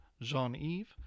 Jean-Eve